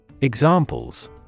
Examples